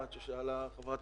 לעזור לנו לשרוד את המשבר הזה.